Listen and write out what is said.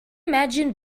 imagine